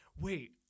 wait